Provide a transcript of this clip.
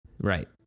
right